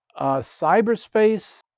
Cyberspace